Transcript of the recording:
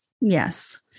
Yes